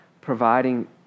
providing